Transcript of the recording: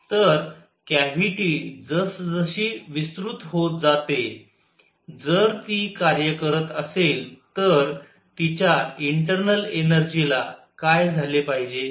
तर कॅव्हिटी जसजशी विस्तृत होत जाते जर ती कार्य करत असेल तर तिच्या इंटर्नल एनर्जी ला काय झाले पाहिजे